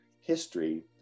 history